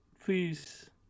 Please